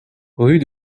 rue